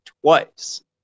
twice